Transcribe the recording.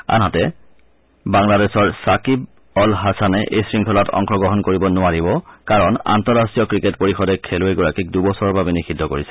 আনহাতে বাংলাদেশৰ ছাকিব অল হাছানে এই শংখলাত অংশগ্ৰহণ কৰিব নোৱাৰিব কাৰণ আন্তঃৰাষ্টীয় ক্ৰিকেট পৰিষদে খেলুৱৈগৰাকীক দুবছৰৰ বাবে নিষিদ্ধ কৰিছে